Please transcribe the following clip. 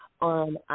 On